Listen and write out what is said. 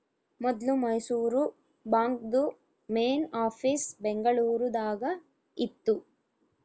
ಮೊದ್ಲು ಮೈಸೂರು ಬಾಂಕ್ದು main office Bengaluru ದಾಗ ಇತ್ತು